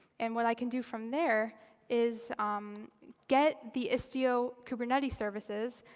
and what i can do from there is um get the istio kubernetes services,